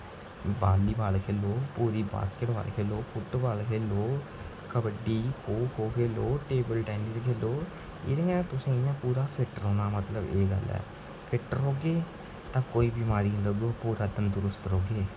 volleyball खेढो basketball खेढो football खेढो कबड्डी खो खो खेढो टेबल टैनिस खेढो एहदे कन्नै तुसेंगी इ'यां पूरा फिट रौह्ना मतलब एह् गल्ल ऐ फिट रौह्गे ता कोई बिमारी नेईं लगग पूरा तंदरुस्त रौह्गे